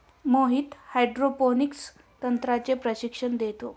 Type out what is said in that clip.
Mohit hydroponics तंत्राचे प्रशिक्षण देतो